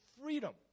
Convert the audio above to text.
freedom